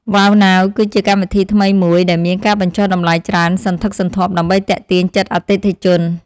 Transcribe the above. វ៉ៅណាវ គឺជាកម្មវិធីថ្មីមួយដែលមានការបញ្ចុះតម្លៃច្រើនសន្ធឹកសន្ធាប់ដើម្បីទាក់ទាញចិត្តអតិថិជន។